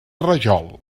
rajol